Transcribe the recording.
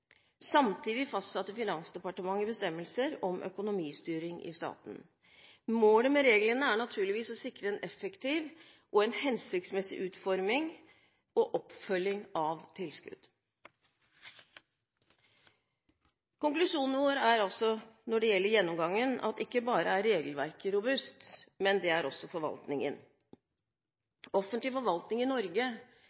Samtidig fastsatte Finansdepartementet bestemmelser om økonomistyring i staten. Målet med reglene er naturligvis å sikre en effektiv og hensiktsmessig utforming og oppfølging av tilskudd. Konklusjonen vår når det gjelder gjennomgangen, er altså at ikke bare er regelverket robust, men det er også forvaltningen.